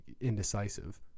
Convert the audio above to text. indecisive